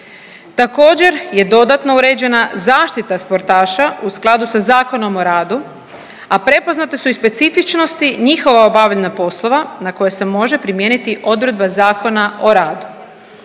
Također je dodatno uređena zaštita sportaša u skladu sa Zakonom o radu, a prepoznate su i specifičnosti njihova obavljanja poslova na koje se može primijeniti odredba Zakona o radu.